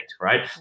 right